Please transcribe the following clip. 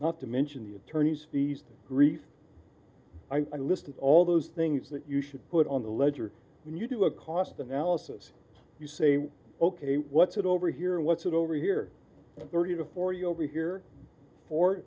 not to mention the attorney's fees grief i list and all those things that you should put on the ledger when you do a cost analysis you say ok what's it over here what's it over here thirty to forty over here fo